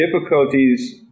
difficulties